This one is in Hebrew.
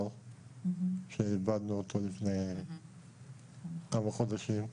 שאותו איבדנו לפני כמה חודשים.